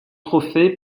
trophée